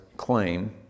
claim